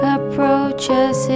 Approaches